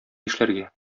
нишләргә